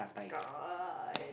got